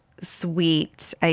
sweet